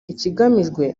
ikigamijwe